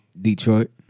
Detroit